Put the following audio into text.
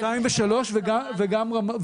ברמות 2 ו-3